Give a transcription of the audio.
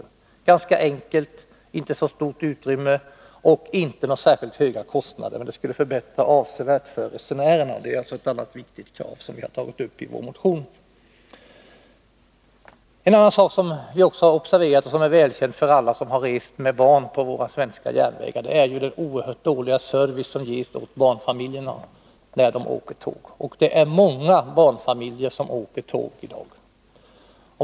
Det är ganska enkelt, fordrar inte så stort utrymme och drar inte så höga kostnader, men det skulle förbättra förhållandet avsevärt för resenärerna. Det är alltså ett viktigt krav som vi tagit upp i vår motion. En annan sak som vi också observerat och som är välkänd för alla som rest med barn på våra svenska järnvägar är den dåliga service som ges barnfamiljer när de åker tåg. Det är i dag många barnfamiljer som åker tåg.